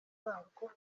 zarwo